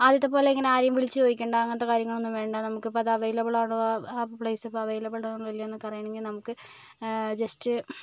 ആദ്യത്തെ പോലെ ഇങ്ങനെ ആരെയും വിളിച്ച് ചോദിക്കണ്ട അങ്ങനത്തെ കാര്യങ്ങൾ ഒന്നും വേണ്ട നമുക്ക് ഇപ്പോൾ അത് അവൈലബിൾ ആണോ ആ പ്ലേസ് ഇപ്പോൾ അവൈലബിളാണോ എന്നൊക്കെ അറിയണമെങ്കിൽ നമുക്ക് ജസ്റ്റ്